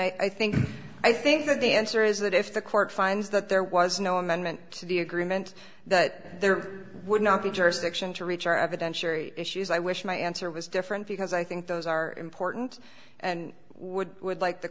and i think i think that the answer is that if the court finds that there was no amendment to the agreement that there would not be jurisdiction to reach our evidentiary issues i wish my answer was different because i think those are important and would would like the